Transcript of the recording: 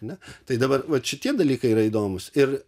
ane tai dabar vat šitie dalykai yra įdomūs ir